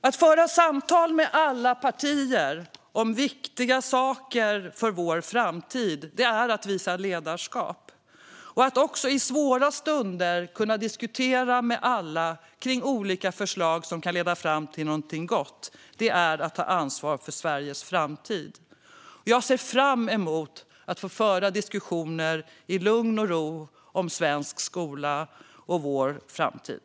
Att föra samtal med alla partier om viktiga saker för vår framtid är att visa ledarskap och att också i svåra stunder kunna diskutera med alla kring olika förslag som kan leda fram till någonting gott är att ta ansvar för Sveriges framtid. Jag ser fram emot att få föra diskussioner i lugn och ro om svensk skola och vår framtid.